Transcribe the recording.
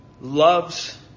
loves